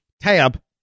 Tab